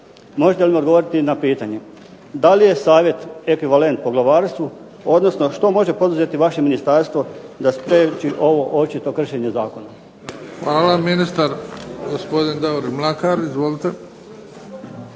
Možete li mi odgovoriti na pitanje da li je Savjet ekvivalent Poglavarstvu, odnosno što može poduzeti vaše ministarstvo da spriječi ovo očito kršenje zakona? **Bebić, Luka (HDZ)** Hvala. Ministar, gospodin Davorin Mlakar. Izvolite.